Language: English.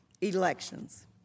elections